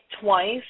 twice